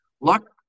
luck